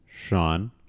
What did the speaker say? Sean